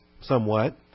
somewhat